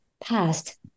past